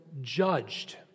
judged